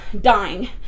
dying